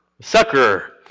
Sucker